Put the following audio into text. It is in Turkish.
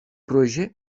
proje